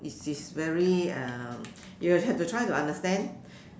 is is very um you will have to try to understand